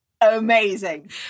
amazing